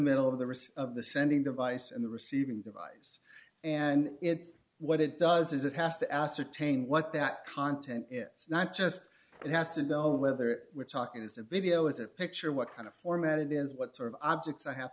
middle of the risks of the sending device and the receiving device and it's what it does is it has to ascertain what that content it's not just it has to know whether we're talking is a video is a picture what kind of format it is what sort of objects i have